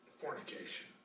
fornication